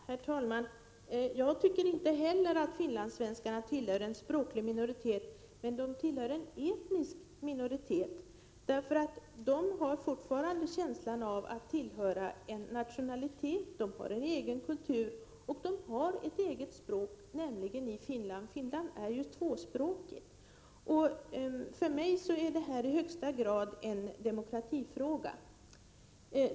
Herr talman! Jag tycker inte heller att finlandssvenskarna tillhör en språklig minoritet, men de tillhör en etnisk minoritet. De har fortfarande känslan av att tillhöra en nationalitet. De har en egen kultur, och de har ett eget språk, nämligen i Finland. Finland är ju tvåspråkigt. För mig är detta i högsta grad en demokratifråga.